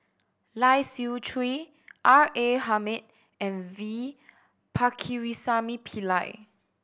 Lai Siu Chiu R A Hamid and V Pakirisamy Pillai